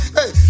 Hey